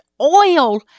oil